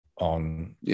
on